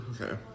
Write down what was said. Okay